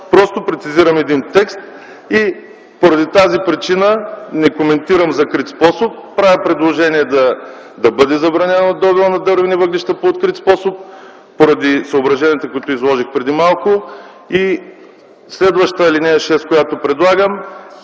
просто прецизирам един текст и поради тази причина не коментирам закрития способ, а правя предложение да бъде забранен добивът на дървени въглища по открит способ, поради съображенията, които изложих преди малко. В следващата ал. 6, която предлагам,